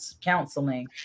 counseling